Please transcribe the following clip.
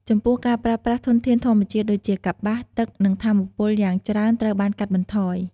ចំពោះការប្រើប្រាស់ធនធានធម្មជាតិដូចជាកប្បាស ទឹក និងថាមពលយ៉ាងច្រើនត្រូវបានកាត់បន្ថយ។